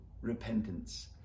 repentance